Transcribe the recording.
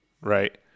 right